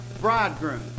bridegroom